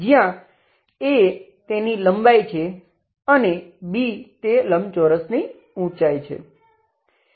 જ્યાં aતેની લંબાઈ છે અને b તે લંબચોરસની ઉંચાઈ છે